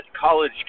college